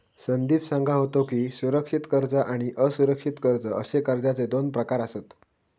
संदीप सांगा होतो की, सुरक्षित कर्ज आणि असुरक्षित कर्ज अशे कर्जाचे दोन प्रकार आसत